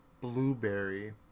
Blueberry